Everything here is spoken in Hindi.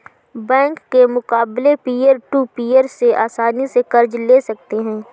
बैंक के मुकाबले पियर टू पियर से आसनी से कर्ज ले सकते है